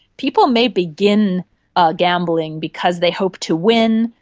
people may begin ah gambling because they hope to win,